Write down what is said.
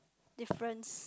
difference